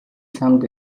чамд